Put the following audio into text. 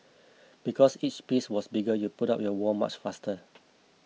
because each piece was bigger you put up your wall much faster